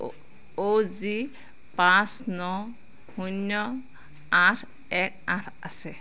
অ' জি পাঁচ ন শূন্য আঠ এক আঠ আছে